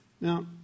Now